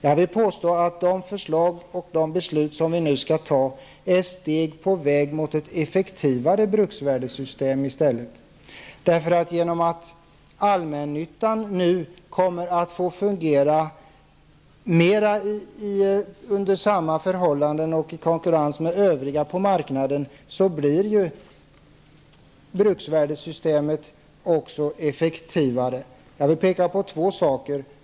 Jag vill påstå att de förslag som vi nu skall fatta beslut om är ett steg på vägen mot ett effektivare bruksvärdesystem. Genom att allmännyttan nu mer kommer att fungera under samma förhållanden och i konkurrens med övriga på marknaden, blir bruksvärdesystemet också effektivare. Jag vill här peka på två saker.